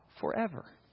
forever